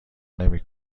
نمی